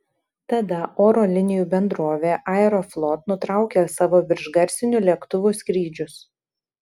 tada oro linijų bendrovė aeroflot nutraukė savo viršgarsinių lėktuvų skrydžius